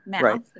Right